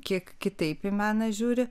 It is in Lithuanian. kiek kitaip į meną žiūri